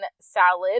salad